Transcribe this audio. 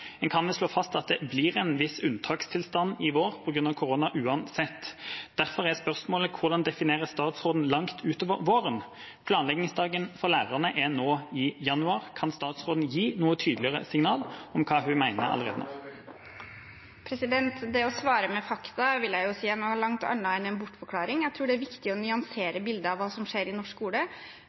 En kan jo slå fast at det blir en viss unntakstilstand i vår på grunn av korona uansett. Derfor er spørsmålet: Hvordan definerer statsråden «langt utover våren»? Planleggingsdagen for lærerne er nå i januar. Kan statsråden gi noe tydeligere signal om hva hun mener? Det å svare med fakta vil jeg si er noe langt annet enn en bortforklaring. Jeg tror det er viktig å nyansere bildet av hva som skjer i norsk skole.